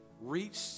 reach